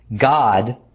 God